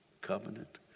covenant